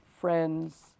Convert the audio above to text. friends